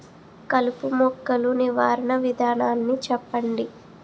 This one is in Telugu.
కలుపు మొక్కలు నివారణ విధానాన్ని చెప్పండి?